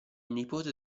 nipote